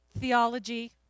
theology